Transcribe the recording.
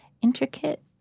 intricate